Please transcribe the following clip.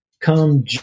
come